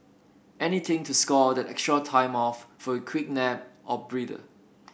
anything to score that extra time off for a quick nap or breather